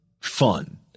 fun